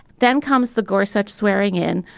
then comes the gorsuch swearing in.